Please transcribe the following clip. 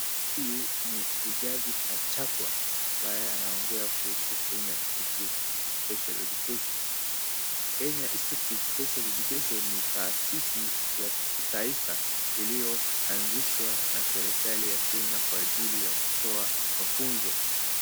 Huyu ni Rigathi Gachagua ambaye anaongea kuhusu Kenya institute special Education . Kenya institute special education ni taasisi ya kitaifa iliyoanzishwa na serikali ya kenya kwa ajili ya kutoa mafunzo.